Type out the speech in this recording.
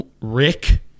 Rick